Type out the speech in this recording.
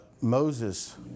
Moses